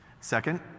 Second